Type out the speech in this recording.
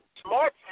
smart